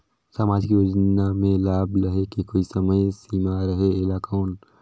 समाजिक योजना मे लाभ लहे के कोई समय सीमा रहे एला कौन?